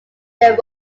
their